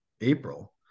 April